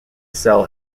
cell